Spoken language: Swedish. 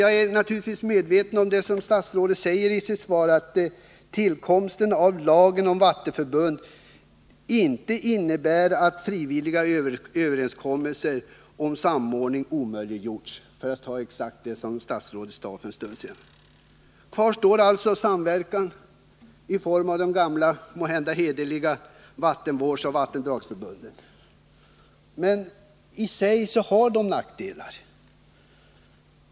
, Det är naturligtvis riktigt som statsrådet säger i sitt svar att ”tillkomsten av lagen om vattenförbund inte innebär att frivilliga överenskommelser om samordning av vattenvårdsåtgärder har omöjliggjorts”. Möjligheterna till samverkan i form av de gamla, måhända hederliga, vattenvårdsoch vattendragsförbunden kvarstår alltså. Men det innebär i sig nackdelar.